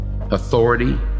authority